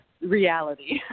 reality